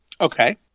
Okay